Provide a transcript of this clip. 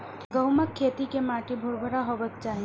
गहूमक खेत के माटि भुरभुरा हेबाक चाही